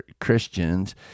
Christians